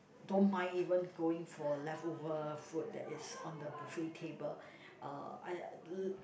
don't mind even going for leftover food that is on the buffet table uh I l~